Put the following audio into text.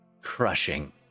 crushing